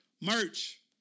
merch